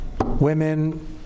Women